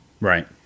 Right